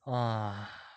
ah